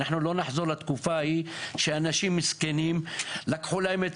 אנחנו לא נחזור לתקופה ההיא שאנשים מסכנים לקחו להם את